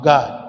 God